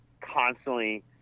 constantly